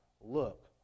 look